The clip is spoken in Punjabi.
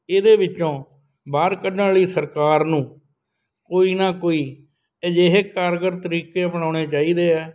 ਇਹਦੇ ਵਿੱਚੋਂ ਬਾਹਰ ਕੱਢਣ ਲਈ ਸਰਕਾਰ ਨੂੰ ਕੋਈ ਨਾ ਕੋਈ ਅਜਿਹੇ ਕਾਰਗਰ ਤਰੀਕੇ ਅਪਣਾਉਣੇ ਚਾਹੀਦੇ ਆ